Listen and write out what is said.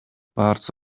parts